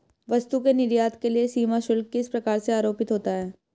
वस्तु के निर्यात के लिए सीमा शुल्क किस प्रकार से आरोपित होता है?